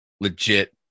legit